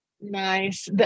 nice